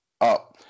up